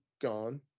gone